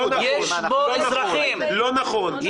לא נכון.